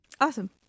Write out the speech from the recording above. Awesome